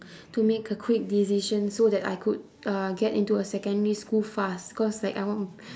to make a quick decision so that I could uh get into a secondary school fast because like I want